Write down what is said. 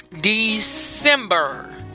December